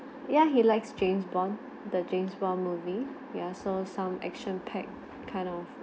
ya he likes james bond the james bond movie ya so some action type kind of